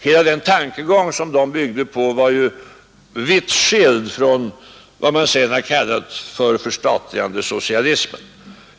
Hela den tankegång dessa byggde på var ju vitt skild ifrån vad man sedan kallat förstatligandesocialismen.